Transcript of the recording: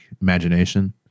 imagination